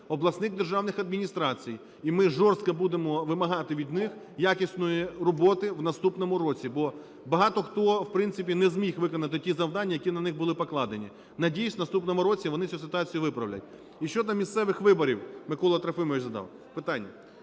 обласних державних адміністрацій. І ми жорстко будемо вимагати від них якісної роботи в наступному році, бо багато хто в принципі не зміг виконати ті завдання, які на них були покладені. Надіюсь в наступному році вони цю ситуацію виправлять. І щодо місцевих виборів, Микола Трохимович задав питання.